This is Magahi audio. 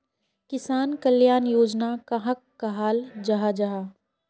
किसान कल्याण योजना कहाक कहाल जाहा जाहा?